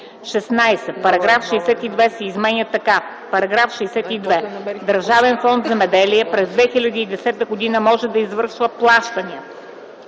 16. Параграф 62 се изменя така: „§ 62. Държавен фонд „Земеделие” през 2010 г. може да извършва плащания